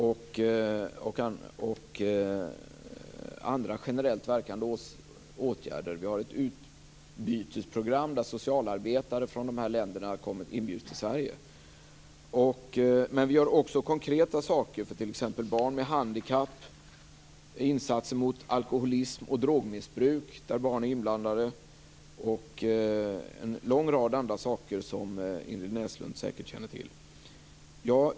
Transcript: Vi har också andra generellt verkande åtgärder. Vi har ett utbytesprogram där socialarbetare från de här länderna inbjuds till Sverige. Men vi gör också konkreta saker för t.ex. barn med handikapp. Det gäller också insatser mot alkoholism och drogmissbruk där barn är inblandade och en lång rad andra saker som Ingrid Näslund säkert känner till.